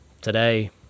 today